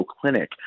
Clinic